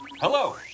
Hello